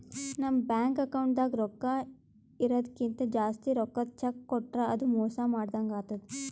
ನಮ್ ಬ್ಯಾಂಕ್ ಅಕೌಂಟ್ದಾಗ್ ರೊಕ್ಕಾ ಇರದಕ್ಕಿಂತ್ ಜಾಸ್ತಿ ರೊಕ್ಕದ್ ಚೆಕ್ಕ್ ಕೊಟ್ರ್ ಅದು ಮೋಸ ಮಾಡದಂಗ್ ಆತದ್